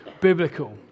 biblical